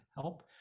help